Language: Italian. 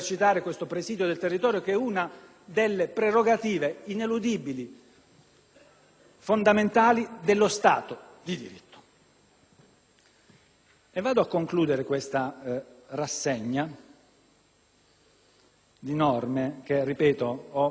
fondamentali dello Stato di diritto. Concluderò questa rassegna di norme, che - ripeto - ho estratto dal provvedimento per il loro particolare valore simbolico,